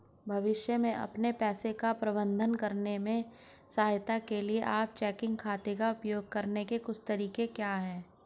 भविष्य में अपने पैसे का प्रबंधन करने में सहायता के लिए आप चेकिंग खाते का उपयोग करने के कुछ तरीके क्या हैं?